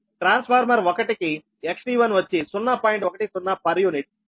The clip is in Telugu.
ట్రాన్స్ఫార్మర్ 1 కి XT1 వచ్చి 0